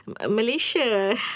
Malaysia